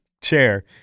chair